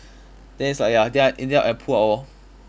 then it's like ya then I in the end I pull out lor